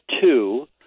two